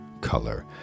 color